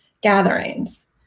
gatherings